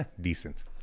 decent